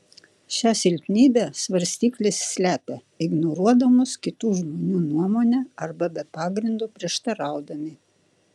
šią silpnybę svarstyklės slepia ignoruodamos kitų žmonių nuomonę arba be pagrindo prieštaraudami